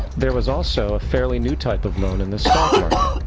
there was also a fairly new type of loan in the stock market,